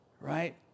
Right